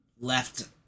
left